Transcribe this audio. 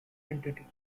entity